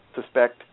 suspect